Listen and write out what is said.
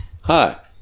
hi